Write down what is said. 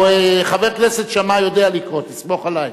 חבר כנסת שאמה יודע לקרוא, תסמוך עלי.